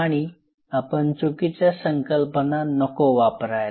आणि आपण चुकीच्या संकल्पना नको वापरायला